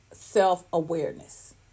self-awareness